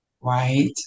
right